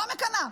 לא מקנאה.